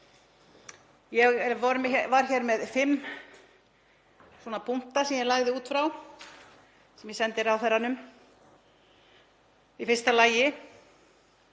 Ég var hér með fimm punkta sem ég lagði út frá sem ég sendi ráðherranum. Í fyrsta lagi: